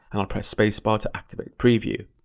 and i'll press space bar to activate preview.